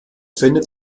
findet